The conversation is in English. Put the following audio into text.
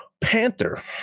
Panther